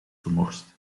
gemorst